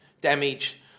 damage